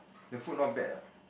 the food not bad